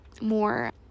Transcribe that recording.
more